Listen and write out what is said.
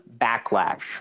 backlash